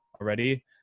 already